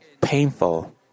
painful